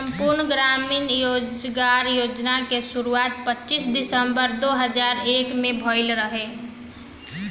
संपूर्ण ग्रामीण रोजगार योजना के शुरुआत पच्चीस सितंबर दो हज़ार एक में भइल रहे